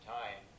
time